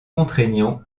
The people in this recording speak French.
contraignant